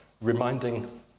reminding